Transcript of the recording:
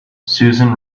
susan